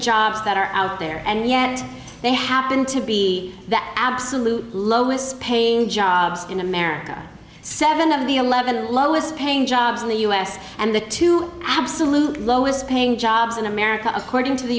jobs that are out there and yet they happen to be the absolute lowest paying jobs in america seven of the eleven lowest paying jobs in the u s and the two absolute lowest paying jobs in america according to the